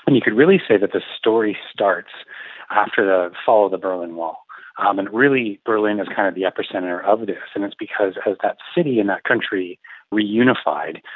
and you could really say that the story starts after the fall of the berlin wall, um and really berlin is kind of the epicentre of this and it's because as ah that city and that country reunified,